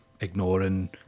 ignoring